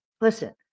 Listen